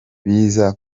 biza